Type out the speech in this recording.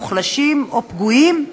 מוחלשים או פגועים.